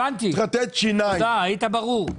תודה, היית ברור.